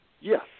Yes